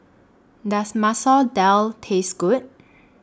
Does Masoor Dal Taste Good